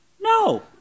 No